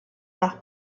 nach